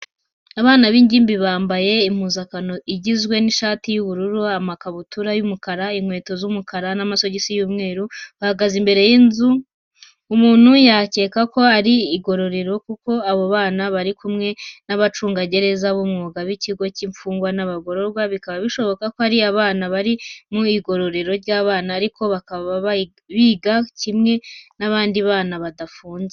Abana b'ingimbi bambaye impuzankano igizwe n'ishati y'ubururu, amakabutura y'umukara, inkweto z'umukara n'amasogizi y'umweru, bahagaze imbere y'inzu, umuntu yakeka ko ari igororero kuko abo bana bari kumwe n'abacungagereza b'umwuga b'ikigo cy'imfungwa n'abagororwa, bikaba bishoboka ko ari abana bari mu igororero ry'abana ariko bakaba biga kimwe n'abandi bana badafunze.